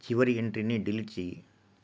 చివరి ఎంట్రీని డిలీట్ చెయ్యి